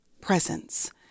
presence